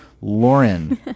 Lauren